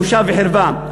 בושה וחרפה.